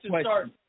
start